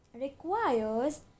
requires